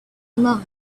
alive